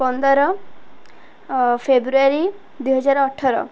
ପନ୍ଦର ଫେବୃଆରୀ ଦୁଇହଜାର ଅଠର